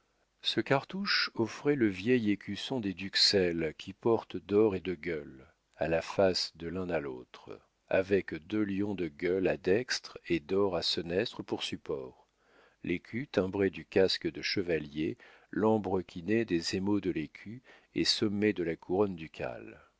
ce cartouche offrait le vieil écusson des d'uxelles qui portent d'or et de gueules à la fasce de l'un à l'autre avec deux lions de gueules à dextre et d'or à senestre pour supports l'écu timbré du casque de chevalier lambrequiné des émaux de l'écu et sommé de la couronne ducale